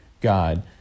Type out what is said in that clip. God